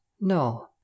No